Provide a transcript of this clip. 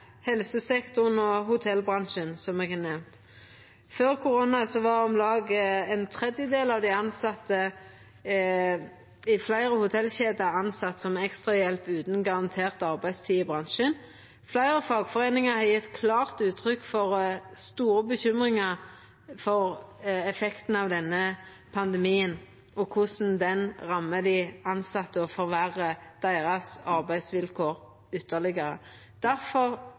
helsesektoren – og hotellbransjen, som eg har nemnt. Før korona var om lag ein tredjedel av dei tilsette i fleire hotellkjeder tilsette som ekstrahjelp utan garantert arbeidstid i bransjen. Fleire fagforeiningar har gjeve klart uttrykk for store bekymringar for effekten av denne pandemien, for korleis han rammar dei tilsette og forverrar arbeidsvilkåra deira ytterlegare.